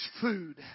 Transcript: food